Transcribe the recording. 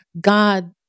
God